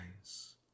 eyes